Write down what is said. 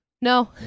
No